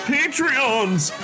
Patreons